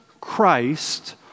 Christ